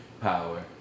power